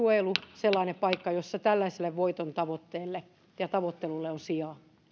sellainen paikka jossa tällaiselle voitontavoittelulle on sijaa